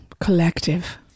collective